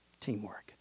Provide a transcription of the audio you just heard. teamwork